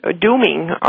dooming